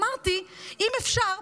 אמרתי: אם אפשר,